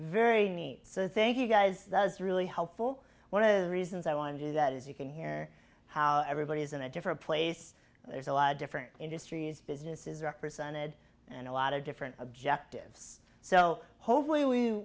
very neat so thank you guys that was really helpful one of the reasons i wanted to do that is you can hear how everybody is in a different place and there's a lot of different industries businesses represented and a lot of different objectives so hopefully we